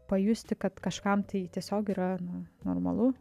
pajusti kad kažkam tai tiesiog yra normalu